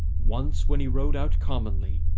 once, when he rode out commonly,